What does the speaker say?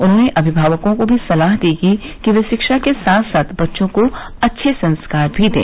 उन्होंने अभिभावकों को भी सलाह दी कि वे शिक्षा के साथ साथ बच्चों को अच्छे संस्कार भी दें